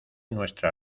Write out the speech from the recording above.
nuestra